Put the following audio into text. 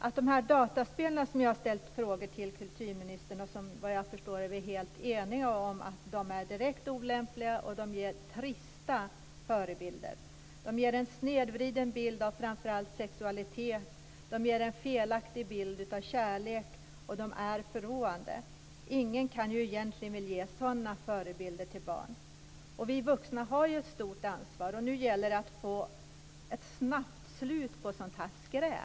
När det gäller de dataspel jag har ställt frågor till kulturministern om är vi, vad jag förstår, helt eniga om att de är direkt olämpliga och att de ger trista förebilder. De ger en snedvriden bild av framför allt sexualitet, de ger en felaktig bild av kärlek och de är förråande. Ingen kan ju egentligen vilja ge sådana förebilder till barn. Vi vuxna har ett stort ansvar. Nu gäller det att få ett snabbt slut på sådant här skräp.